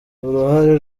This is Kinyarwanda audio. uruhare